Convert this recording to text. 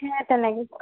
সেয়া তেনেকে